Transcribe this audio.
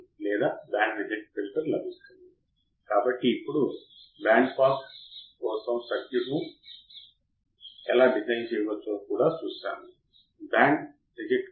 కాబట్టి మనం ఏమి చేస్తాం అంటే ఈ నిర్దిష్ట సమయంలో మనం ఆగిపోదాం ఇది ఇన్పుట్ బయాస్ కరెంట్ అయితే మరియు తరువాతి మాడ్యూల్ లో ఆపరేషన్ యాంప్లిఫైయర్ యొక్క మరిన్ని అనువర్తనాలు లేదా మరిన్ని లక్షణాలను చూస్తాము అప్పటి వరకు మీరు అందరూ జాగ్రత్త